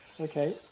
Okay